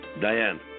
Diane